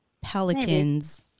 Pelicans